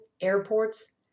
airports